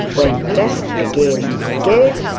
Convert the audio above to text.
when pressed again and again,